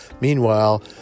Meanwhile